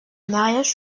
mariage